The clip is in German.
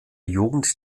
jugend